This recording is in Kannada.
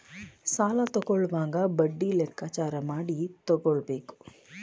ಸಾಲ ತಕ್ಕೊಳ್ಳೋವಾಗ ಬಡ್ಡಿ ಲೆಕ್ಕಾಚಾರ ಮಾಡಿ ತಕ್ಕೊಬೇಕು